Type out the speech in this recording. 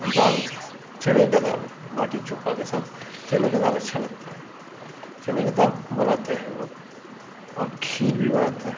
और दाल चने की दाल बाटी चोख़ा के साथ चने की दाल अच्छी लगती है चने की दाल बनाते हैं हमलोग और खीर भी बनाते हैं